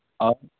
آپ